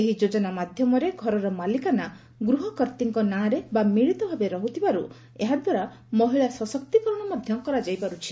ଏହି ଯୋଜନା ମାଧ୍ୟମରେ ଘରର ମାଲିକାନା ଗୃହକର୍ତ୍ତୀଙ୍କ ନାଁରେ ବା ମିଳିତ ଭାବେ ରହୁଥିବାରୁ ଏହାଦ୍ୱାରା ମହିଳା ସଶକ୍ତିକରଣ ମଧ୍ୟ କରାଯାଇ ପାରୁଛି